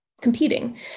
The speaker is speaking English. competing